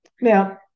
Now